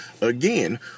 again